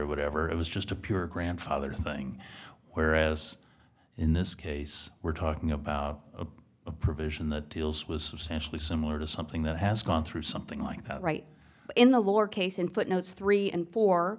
whatever it was just a pure grandfather thing whereas in this case we're talking about a provision that deals with substantially similar to something that has gone through something like that right in the lower case in footnotes three and four